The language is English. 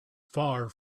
far